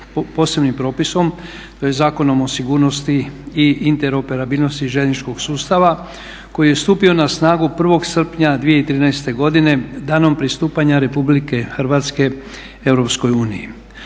posebnim propisom tj. Zakonom o sigurnosti i interoperabilnosti željezničkog sustava koji je stupio na snagu 1.srpnja 2013.godine danom pristupanja RH EU.